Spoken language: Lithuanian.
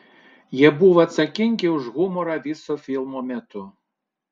jie buvo atsakingi už humorą viso filmo metu